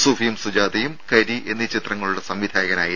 സൂഫിയും സുജാതയും കരി എന്നീ ചിത്രങ്ങളുടെ സംവിധായകനായിരുന്നു